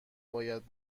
باید